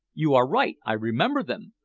you are right. i remember them!